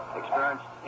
experienced